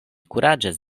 kuraĝis